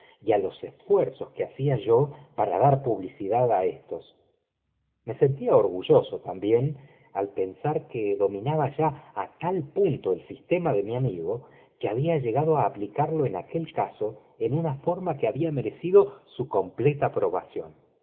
á los esfuerzos que bacía yo para dar publicidad á éstos me sentía orgulloso también al pensar que dominaba ya á tal punto ei sistema de mi amigo que había llegado á aplicarlo en aquel caso en una forma que había merecido bu completa aprobación